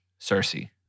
Cersei